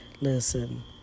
listen